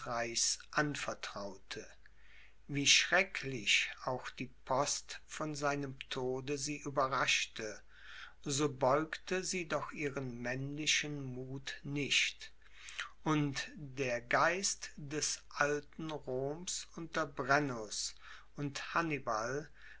anvertraute wie schrecklich auch die post von seinem tode sie überraschte so beugte sie doch ihren männlichen muth nicht und der geist des alten roms unter brennus und hannibal